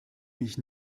mich